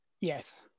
Yes